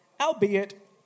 albeit